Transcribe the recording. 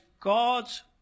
God's